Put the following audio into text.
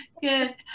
Good